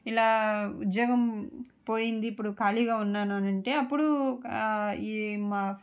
ఇలా ఉద్యోగం పోయింది ఇప్పుడు ఖాళీగా ఉన్నాను అనంటే అప్పుడు మా